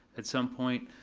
at some point,